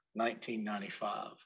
1995